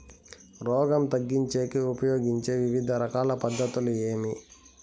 రోగం తగ్గించేకి ఉపయోగించే వివిధ రకాల పద్ధతులు ఏమి?